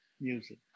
music